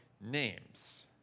names